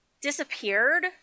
disappeared